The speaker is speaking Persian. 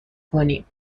کنیم